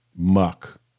muck